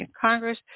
Congress